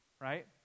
right